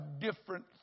different